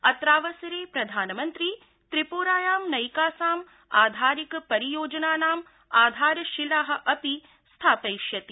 अत्रावसरे प्रधानमंत्री त्रिपुरायां नैकासाम् आधारिक परियोजनानाम् आधारशिला अपि स्थापयिष्यति